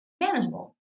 manageable